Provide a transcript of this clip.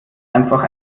einfach